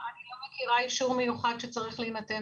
אני לא מכירה אישור מיוחד שצריך להינתן